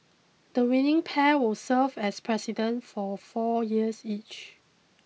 the winning pair will serve as President for four years each